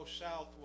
south